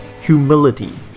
humility